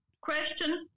Question